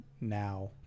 now